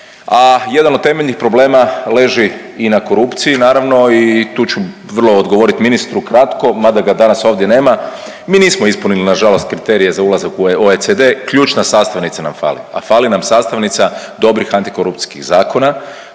A jedan od temeljnih problema leži i na korupciji naravno i tu ću vrlo odgovorit ministru kratko, mada ga danas ovdje nema. Mi nismo ispunili nažalost kriterije za ulazak u OECD, ključna sastavnica nam fali, a fali nam sastavnica dobrih antikorupcijskih zakona,